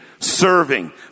serving